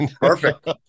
Perfect